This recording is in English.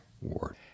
ward